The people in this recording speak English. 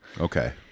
Okay